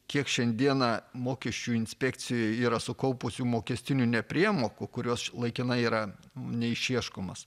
kiek šiandieną mokesčių inspekcija yra sukaupusi mokestinių nepriemokų kurios laikinai yra neišieškomos